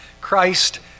Christ